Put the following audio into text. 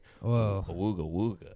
whoa